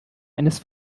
eines